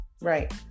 right